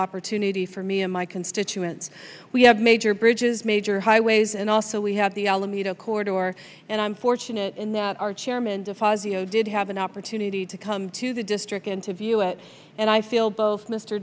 opportunity for me and my constituents we have major bridges major highways and also we have the alameda accord or and i'm fortunate in that our chairman de fazio did have an opportunity to come to the district and to view it and i feel both mr